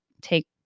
take